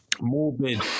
morbid